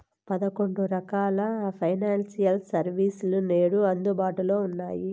పదకొండు రకాల financial service లు నేడు అందుబాటులో ఉన్నాయి